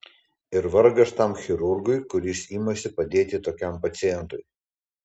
ir vargas tam chirurgui kuris imasi padėti tokiam pacientui